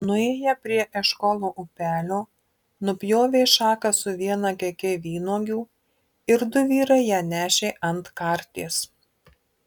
nuėję prie eškolo upelio nupjovė šaką su viena keke vynuogių ir du vyrai ją nešė ant karties